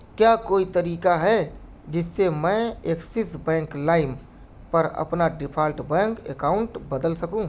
کیا کوئی طریقہ ہے جس سے میں ایکسس بینک لائم پر اپنا ڈیپھالٹ بینک اکاؤنٹ بدل سکوں